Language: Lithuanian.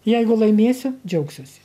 jeigu laimėsiu džiaugsiuosi